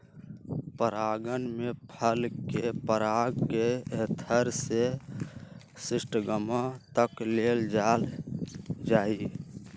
परागण में फल के पराग के एंथर से स्टिग्मा तक ले जाल जाहई